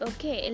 Okay